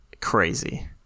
crazy